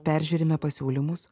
peržiūrime pasiūlymus